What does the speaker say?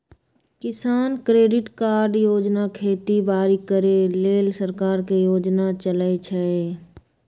किसान credit card योजना खेती बाड़ी करे लेल सरकार के योजना चलै छै